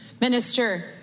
Minister